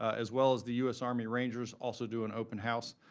as well as the us army rangers also do and open house.